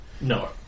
No